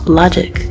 logic